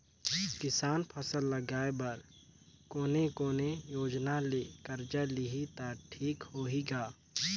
किसान फसल लगाय बर कोने कोने योजना ले कर्जा लिही त ठीक होही ग?